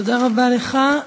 תודה רבה לך.